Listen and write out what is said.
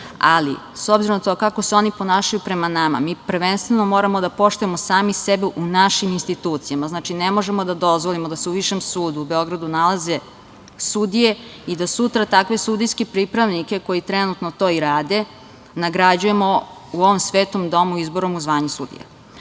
ali s obzirom na to kako se oni ponašaju prema nama, mi prvenstveno moramo da poštujemo sami sebe u našim institucijama. Znači, ne možemo da dozvolimo da se u Višem sudu u Beogradu nalaze sudije i da sutra takve sudijske pripravnike koji trenutno to i rade nagrađujemo u ovom svetom domu izborom u zvanje sudija.